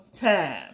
time